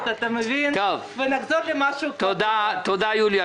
תודה יוליה.